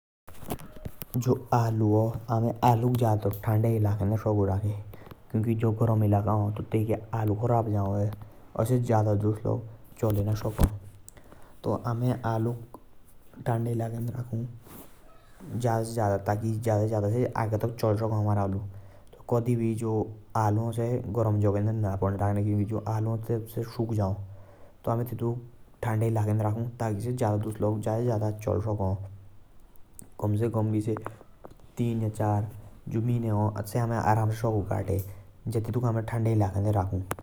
जो आलू आ ताटुक अमे ज्यादा ठंडे इलाके मुँझ सकू राखे। क्योंकि जो गरम इलाका हा तैके आलू खराब जाओ होई। और से ज्यादा दुस लग चले ना सकी।